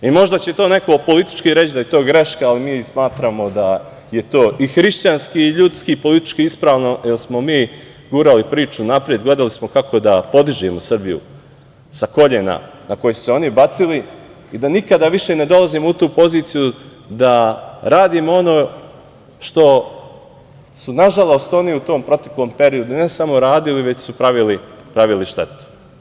Možda će to neko politički reći da je to greška, ali mi smatramo da je to i hrišćanski, i ljudski i politički ispravno, jer smo mi gurali priču napred, gledali smo kako da podižemo Srbiju sa kolena na koje su je oni bacili i da nikada više ne dolazimo u tu poziciju da radimo ono što su nažalost oni u tom proteklom periodu, ne samo radili, već su pravili štetu.